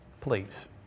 Please